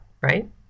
right